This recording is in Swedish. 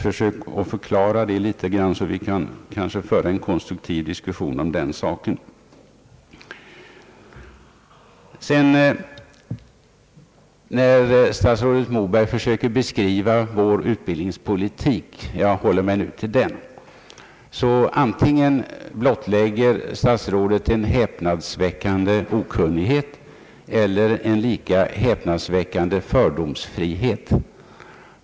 Försök förklara det en smula, så att vi kan föra en konstruktiv diskussion om den saken! När statsrådet Moberg försöker beskriva vår utbildningspolitik — jag håller mig nu till den — blottar han antingen en häpnadsväckande okunnighet eller en lika häpnadsväckande fördomsfrihet.